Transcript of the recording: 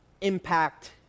impact